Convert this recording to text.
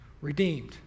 Redeemed